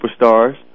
superstars